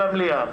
במליאה.